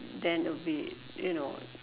then would be you know